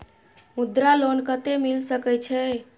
मुद्रा लोन कत्ते मिल सके छै?